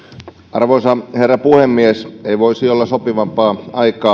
arvoisa herra puhemies ei voisi olla sopivampaa